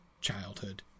childhood